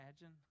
imagine